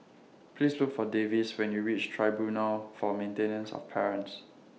Please Look For Davis when YOU REACH Tribunal For Maintenance of Parents